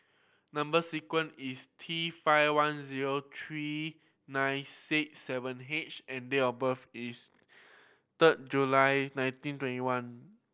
number sequence is T five one zero three nine six seven H and date of birth is third July nineteen twenty one